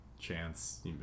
chance